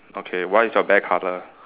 okay what is your bear colour